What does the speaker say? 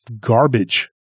garbage